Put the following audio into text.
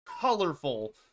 colorful